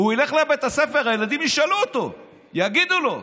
הוא ילך לבית הספר והילדים ישאלו אותו, יגידו לו.